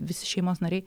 visi šeimos nariai